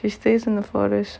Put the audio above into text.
she stays in the forest